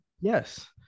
Yes